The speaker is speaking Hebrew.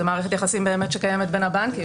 זו מערכת יחסים שקיימת בין הבנקים.